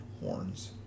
horns